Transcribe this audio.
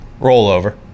Rollover